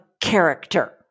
character